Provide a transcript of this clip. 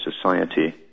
society